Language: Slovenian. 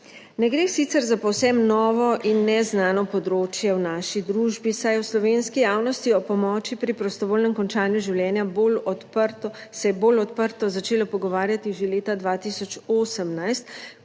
Ne gre sicer za povsem novo in neznano področje v naši družbi, saj je v slovenski javnosti o pomoči pri prostovoljnem končanju življenja se je bolj odprto začelo pogovarjati že leta 2018,